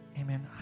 Amen